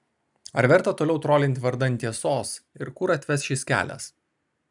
ar verta toliau trolinti vardan tiesos ir kur atves šis kelias